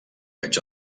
veig